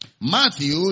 Matthew